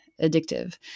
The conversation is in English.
addictive